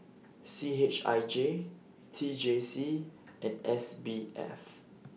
C H I J T J C and S B F